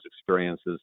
experiences